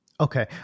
Okay